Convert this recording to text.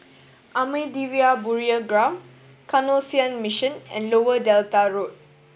Ahmadiyya Burial Ground Canossian Mission and Lower Delta Road